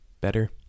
better